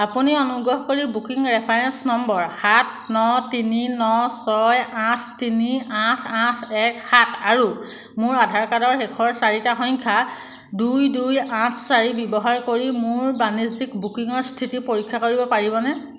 আপুনি অনুগ্ৰহ কৰি বুকিং ৰেফাৰেঞ্চ নম্বৰ সাত ন তিনি ন ছয় আঠ তিনি আঠ আঠ এক সাত আৰু মোৰ আধাৰ কাৰ্ডৰ শেষৰ চাৰিটা সংখ্যা দুই দুই আঠ চাৰি ব্যৱহাৰ কৰি মোৰ বাণিজ্যিক বুকিঙৰ স্থিতি পৰীক্ষা কৰিব পাৰিবনে